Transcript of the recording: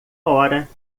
hora